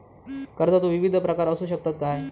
कर्जाचो विविध प्रकार असु शकतत काय?